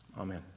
Amen